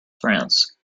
france